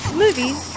movies